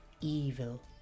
Evil